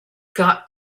got